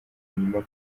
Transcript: nyuma